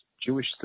Jewish